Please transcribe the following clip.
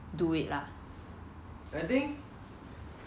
the activity which I hate the most is like reading